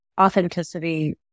authenticity